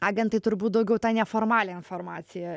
agentai turbūt daugiau tą neformalią informaciją